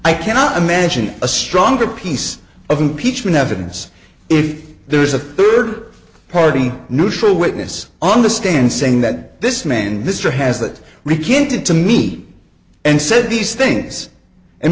i cannot imagine a stronger piece of impeachment evidence if there is a third party neutral witness on the stand saying that this man this or has that recanted to me and said these things and